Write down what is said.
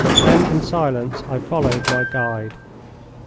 then in silence i followed my guide.